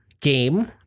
game